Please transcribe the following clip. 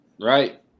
right